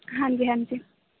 ਹਾਂਜੀ ਹਾਂਜੀ